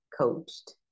coached